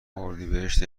اردیبهشت